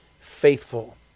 faithful